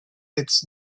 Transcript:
its